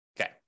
okay